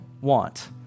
want